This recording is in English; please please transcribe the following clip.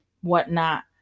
whatnot